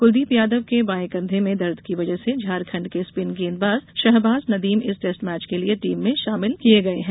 कुलदीप यादव के बाए कंधे में दर्द की वजह से झारखण्ड के स्पिन गेंदबाज शहबाज नदीम इस टैस्ट मैच के लिए टीम में शामिल किए गए हैं